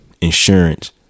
insurance